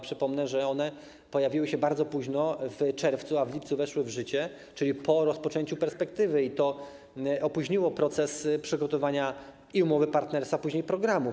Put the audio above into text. Przypomnę, że one pojawiły się bardzo późno, w czerwcu, a w lipcu weszły w życie, czyli po rozpoczęciu perspektywy, i to opóźniło proces przygotowania umowy partnerstwa, a później programów.